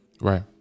Right